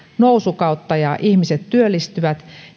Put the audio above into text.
nousukautta ja ihmiset työllistyvät